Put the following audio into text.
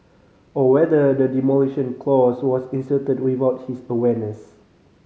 or whether the demolition clause was inserted without his awareness